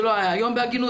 זה לא היה היום בהגינות,